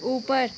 ऊपर